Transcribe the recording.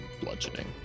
bludgeoning